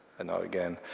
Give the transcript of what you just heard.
and now, again,